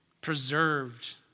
preserved